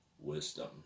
wisdom